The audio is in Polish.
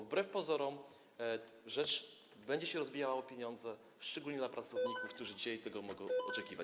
Wbrew pozorom rzecz będzie się rozbijała o pieniądze, szczególnie dla pracowników, którzy dzisiaj tego mogą oczekiwać.